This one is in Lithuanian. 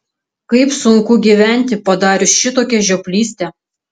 kaip sunku gyventi padarius šitokią žioplystę